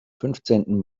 fünfzehnten